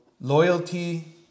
loyalty